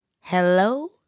Hello